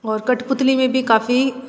और कठपुतली में भी काफ़ी